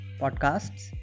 podcasts